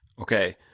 Okay